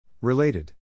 Related